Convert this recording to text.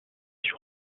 ich